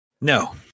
No